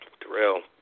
Darrell